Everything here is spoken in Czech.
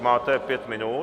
Máte pět minut.